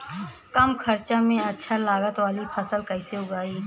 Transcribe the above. कम खर्चा में अच्छा लागत वाली फसल कैसे उगाई?